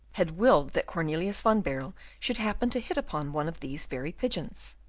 had willed that cornelius van baerle should happen to hit upon one of these very pigeons.